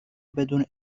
بدون